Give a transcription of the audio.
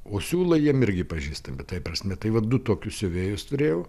o siūlai jiem irgi pažįstami tai prasme tai va du tokius siuvėjus turėjau